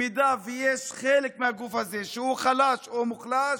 אם יש חלק בגוף הזה שהוא חלש או מוחלש,